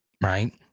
right